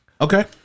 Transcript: Okay